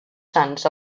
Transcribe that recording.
sants